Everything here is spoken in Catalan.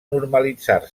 normalitzar